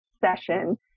session